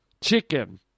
chicken